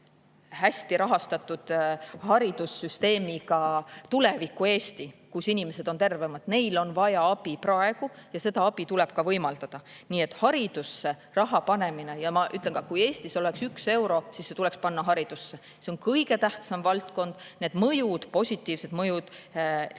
hästi rahastatud haridussüsteemiga tuleviku-Eesti, kus inimesed on tervemad. Neil on vaja abi praegu ja seda abi tuleb ka võimaldada. Nii et haridusse raha panemine … Ma ütlen, et kui Eestis oleks üks euro, siis see tuleks panna haridusse. See on kõige tähtsam valdkond. Need mõjud, positiivsed mõjud ka